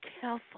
careful